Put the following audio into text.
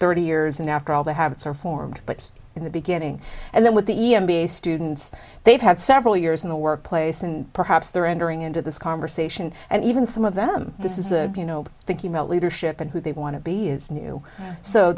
thirty years in after all the habits are formed but in the beginning and then with the e m b a students they've had several years in the workplace and perhaps they're entering into this conversation and even some of them this is a you know thinking about leadership and who they want to be is new so